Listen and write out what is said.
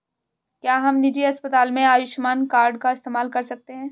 क्या हम निजी अस्पताल में आयुष्मान कार्ड का इस्तेमाल कर सकते हैं?